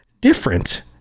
different